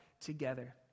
together